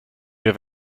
wir